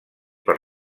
per